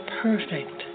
perfect